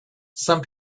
some